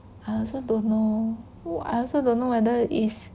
I also don't know who I also don't know whether is